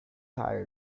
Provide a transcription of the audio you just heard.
thy